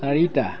চাৰিটা